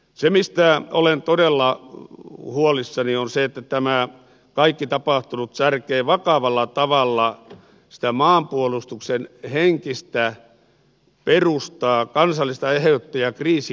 se mistä olen todella huolissani on se että tämä kaikki tapahtunut särkee vakavalla tavalla maanpuolustuksen henkistä perustaa kansallista eheyttä ja kriisikestävyyttä